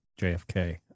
jfk